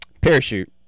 Parachute